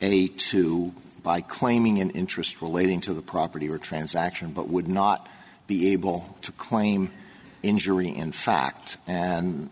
and a two by claiming an interest relating to the property or transaction but would not be able to claim injury in fact and